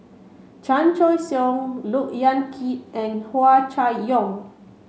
Chan Choy Siong Look Yan Kit and Hua Chai Yong